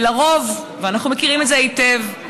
לרוב, ואנחנו מכירים את זה היטב,